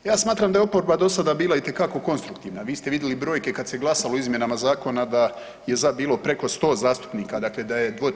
Ja smatram da je oporba do sada bila itekako konstruktivna, vi ste vidjeli brojke kad se glasalo o izmjenama zakona da je za bilo preko 100 zastupnika, dakle da je 2/